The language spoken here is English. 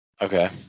Okay